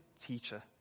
teacher